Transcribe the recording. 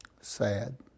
Sad